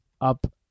up